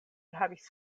havis